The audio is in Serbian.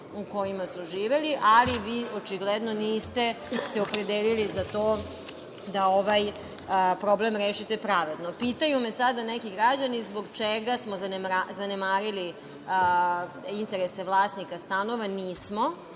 u kojima su živeli, ali vi očigledno niste se opredelili za to da ovaj problem rešite pravedno. Pitaju me sada neki građani zbog čega smo zanemarili interese vlasnika stanova? Nismo.